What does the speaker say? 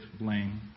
blame